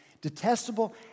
Detestable